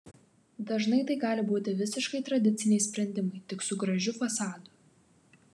dažnai tai gali būti visiškai tradiciniai sprendimai tik su gražiu fasadu